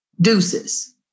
Deuces